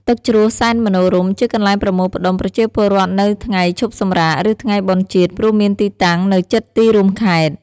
ទឹកជ្រោះសែនមនោរម្យជាកន្លែងប្រមូលផ្តុំប្រជាពលរដ្ឋនៅថ្ងៃឈប់សម្រាក ឬ ថ្ងៃបុណ្យជាតិ ព្រោះមានទីតាំងនៅជិតទីរួមខេត្ត។